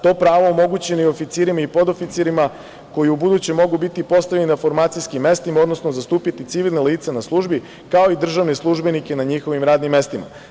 To pravo omogućeno je oficirima i podoficirima koji ubuduće mogu biti postavljeni na formacijskim mestima, odnosno zastupiti civilna lica na službi kao i državne službenike na njihovim radnim mestima.